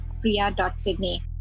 priya.sydney